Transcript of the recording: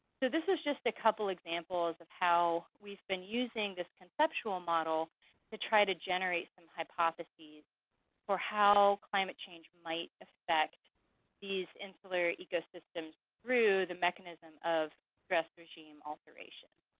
so this is just a couple examples of how we've been using this conceptual model to try to generate some hypotheses for how climate change might affect these insular ecosystems through the mechanism of stress regime alteration.